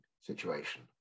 situation